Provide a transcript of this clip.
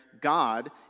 God